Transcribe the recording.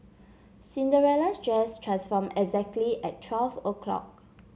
Cinderella's dress transformed exactly at twelve o'clock